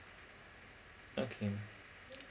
okay